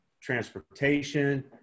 transportation